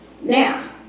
Now